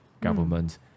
government